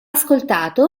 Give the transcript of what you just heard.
ascoltato